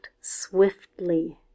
swiftly